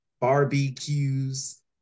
barbecues